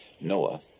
Noah